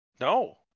no